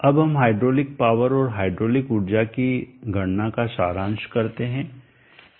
अब हम hydraulic power और हाइड्रोलिक ऊर्जा की गणना का सारांश करते हैं